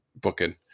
booking